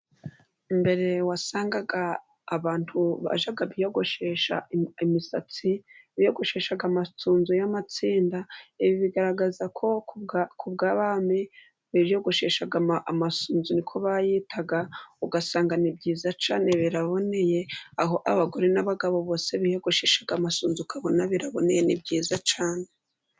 Mbere wasangaga abantu bajyaga biyogoshesha imisats,i biyogosheshaga amasunzu y'amatsinda ibi bigaragaza ko kubw'abami biyogosheshaga amasunzu niko bayitaga ugasanga ni byiza cyane biraboneye aho abagore n'abagabo bose biyogosheshaga amasunzu ukabona biraboneye ni byiza cyane.